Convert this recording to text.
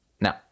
Now